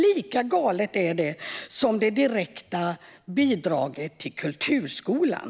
Lika galet är det som det direkta bidraget till kulturskolan.